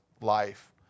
life